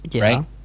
right